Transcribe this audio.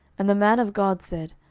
and the man of god said,